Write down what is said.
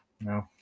no